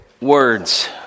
words